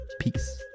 Peace